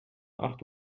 acht